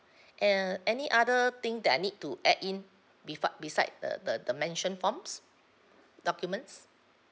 and uh any other thing that I need to add in before beside the the the mentioned forms documents